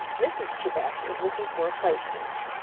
mrs. chebec is looking for a place now.